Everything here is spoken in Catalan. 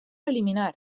eliminar